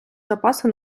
запаси